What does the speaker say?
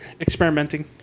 experimenting